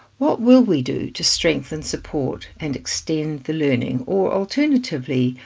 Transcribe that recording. what will we do to strengthen support and extend the learning or alternatively,